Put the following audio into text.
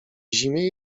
zimie